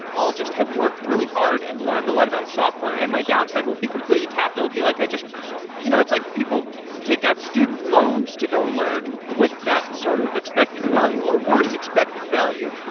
i'll just have worked really hard and learned a lot about software and my downside will be completely capped. it will be like i just you know it's like people take out student loans to go learn with that sort of expected value, or worst expected value.